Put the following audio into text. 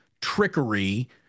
trickery